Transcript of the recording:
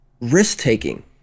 risk-taking